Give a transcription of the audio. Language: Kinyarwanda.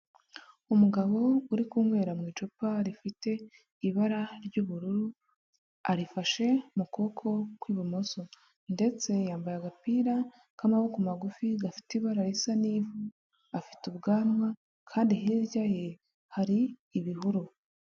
Umugabo uri kunywera mu icupa rifite ibara ry'ubururu arifashe mu kuboko kw'ibumoso, ndetse yambaye agapira k'amaboko magufi gafite ibara risa n'ivu afite ubwanwa kandi hirya ye hari ibihuru.